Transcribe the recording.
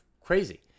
crazy